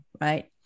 right